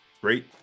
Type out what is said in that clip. great